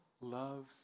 loves